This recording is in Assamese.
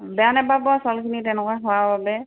বেয়া নাপাব চাউলখিনি তেনেকুৱা হোৱাৰ বাবে